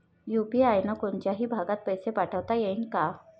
UPI न कोनच्याही भागात पैसे पाठवता येईन का?